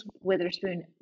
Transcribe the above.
Witherspoon